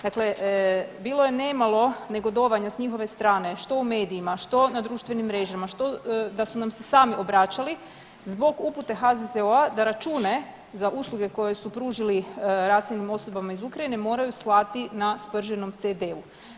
Dakle, bilo je nemalo negodovanja s njihove strane što u medijima, što na društvenim mrežama, što da su nam se sami obraćali zbog upute HZZO-a da račune za usluge koje su pružili raseljenim osobama iz Ukrajine moraju slati na sprženom CD-u.